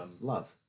love